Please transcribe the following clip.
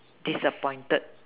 disappointed